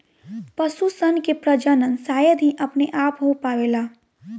पशु सन के प्रजनन शायद ही अपने आप हो पावेला